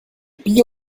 pis